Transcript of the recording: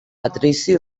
patrici